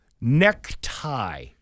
Necktie